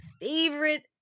favorite